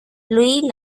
lui